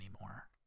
anymore